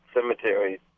cemeteries